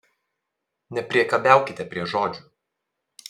nepriekabiaukite prie žodžių